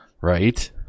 right